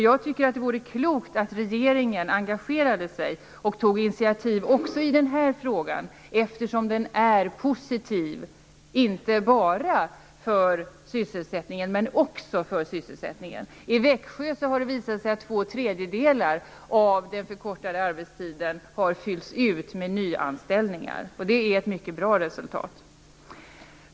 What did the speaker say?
Jag tycker att det vore klokt att regeringen engagerade sig och tog initiativ också i den här frågan, eftersom den är positiv inte bara för sysselsättningen, men också för sysselsättningen. I Växjö har det visat sig att två tredjedelar av den förkortade arbetstiden har fyllts ut med nyanställningar. Det är ett mycket bra resultat.